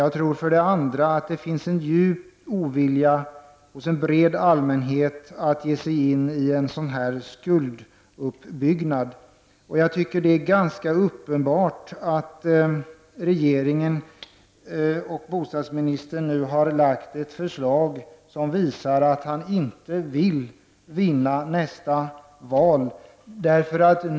Jag tror att det finns en djup ovilja hos en bred allmänhet att ge sig in i en sådan här skulduppbyggnad. Det är ganska uppenbart att regeringen och bostadsministern nu har lagt fram ett förslag som visar att han inte vill vinna nästa val.